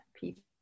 people